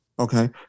Okay